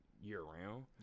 year-round